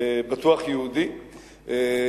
בטוח יהודי,